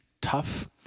tough